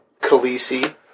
Khaleesi